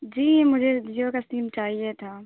جی مجھے ضرورت تھی چاہیے تھا